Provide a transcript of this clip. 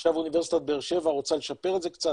עכשיו אוניברסיטת באר שבע רוצה לשפר את זה קצת,